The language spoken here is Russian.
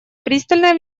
пристальное